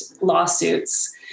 lawsuits